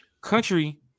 Country